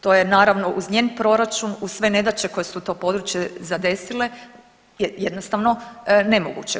To je naravno uz njen proračun, uz sve nedaće koje su to područje zadesile jednostavno nemoguće.